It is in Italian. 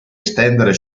estendere